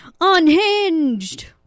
Unhinged